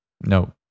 No